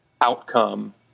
outcome